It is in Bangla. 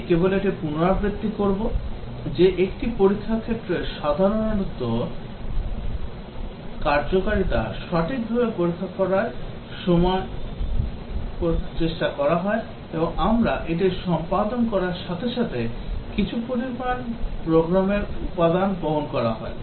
আমি কেবল এটির পুনরাবৃত্তি করব যে একটি পরীক্ষার ক্ষেত্রে সাধারণত কার্যকারিতা সঠিকভাবে পরীক্ষা করার চেষ্টা করা হয় এবং আমরা এটি সম্পাদন করার সাথে সাথে কিছু প্রোগ্রামের উপাদান আবরণ করা হয়